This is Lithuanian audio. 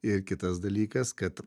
ir kitas dalykas kad